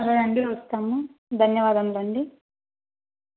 సరే అండి వస్తాము ధన్యవాదములు అండి